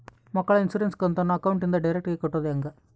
ಮಕ್ಕಳ ಇನ್ಸುರೆನ್ಸ್ ಕಂತನ್ನ ಅಕೌಂಟಿಂದ ಡೈರೆಕ್ಟಾಗಿ ಕಟ್ಟೋದು ಹೆಂಗ?